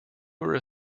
were